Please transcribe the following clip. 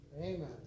Amen